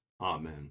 Amen